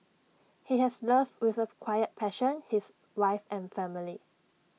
he has loved with A quiet passion his wife and family